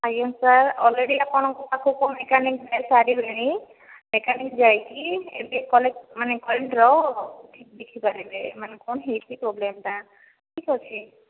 ଆଜ୍ଞା sir already ଆପଣଙ୍କ ପାଖକୁ ମେକାନିକ୍ ପଠାଇ ସାରିଲିଣି ମେକାନିକ୍ ଯାଇକି ଏବେ ମାନେ କରେଣ୍ଟର ଠିକ ଦେଖି ପାରିବେ ମାନେ କଣ ହୋଇଛି ପ୍ରୋବ୍ଲେମ୍ଟା ଠିକ ଅଛି